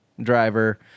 driver